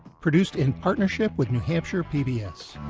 produced in partnership with new hampshire pbs.